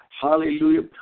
Hallelujah